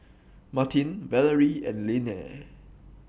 Martine Valerie and Linnea